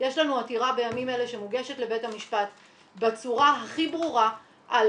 יש לנו עתירה בימים אלה שמוגשת לבית המשפט בצורה הכי ברורה על